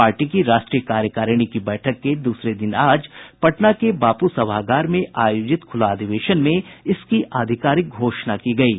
party की राष्ट्रीय कार्यकारिणी की बैठक के दूसरे दिन आज पटना के बापू सभागार में आयोजित खुला अधिवेशन में इसकी आधिकारिक घोषणा की गयी